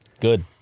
Good